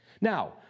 Now